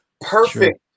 Perfect